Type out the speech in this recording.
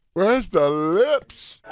where's the lips!